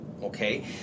Okay